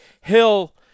Hill